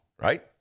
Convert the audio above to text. right